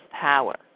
power